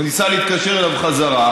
הוא ניסה להתקשר אליו חזרה,